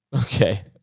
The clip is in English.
Okay